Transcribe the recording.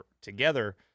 together